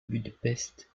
budapest